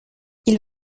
ils